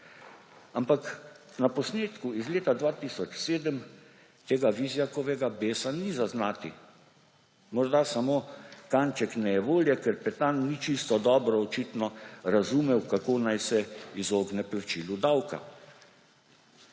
ampak na posnetku iz leta 2007 tega Vizjakovega besa ni zaznati, morda samo kanček nejevolje, ker Petan ni čisto dobro − očitno − razumel, kako naj se izogne plačilu davka.